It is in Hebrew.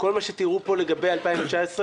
כל מה שתראו פה לגבי 2019,